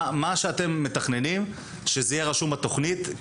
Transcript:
מה שאתם מתכננים שזה יהיה רשום בתכנית.